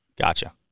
gotcha